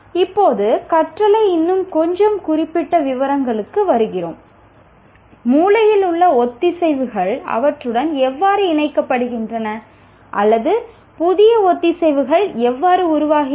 இப்போது கற்றல் பற்றி இன்னும் கொஞ்சம் குறிப்பிட்ட விவரங்களுக்கு வருகிறோம் மூளையில் உள்ள ஒத்திசைவுகள் அவற்றுடன் எவ்வாறு இணைக்கப்படுகின்றன அல்லது புதிய ஒத்திசைவுகள் எவ்வாறு உருவாகின்றன